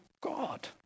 God